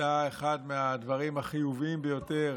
הייתה אחד מהדברים החיוביים ביותר